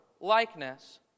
likeness